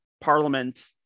parliament